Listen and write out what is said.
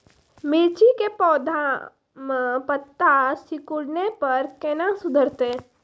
मिर्ची के पौघा मे पत्ता सिकुड़ने पर कैना सुधरतै?